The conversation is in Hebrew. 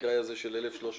במקרה הזה של 1,364?